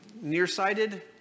nearsighted